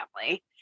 family